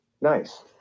Nice